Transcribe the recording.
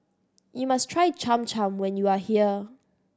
you must try Cham Cham when you are here